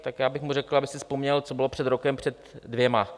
Tak já bych mu řekl, aby si vzpomněl, co bylo před rokem a před dvěma.